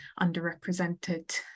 underrepresented